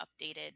updated